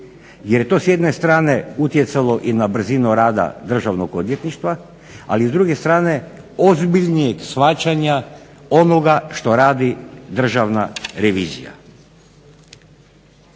je to s jedne strane utjecalo na brzinu rada Državnog odvjetništva, ali s druge strane ozbiljnijeg shvaćanja onoga što radi Državna revizija.